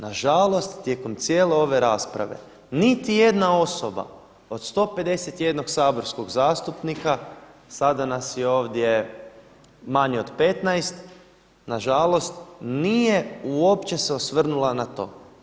Nažalost, tijekom cijele ove rasprave niti jedna osoba od 151 saborskog zastupnika, sada nas je ovdje manje od 15, nažalost nije uopće se osvrnula na to.